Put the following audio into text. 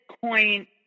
point